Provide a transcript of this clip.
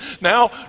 now